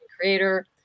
creator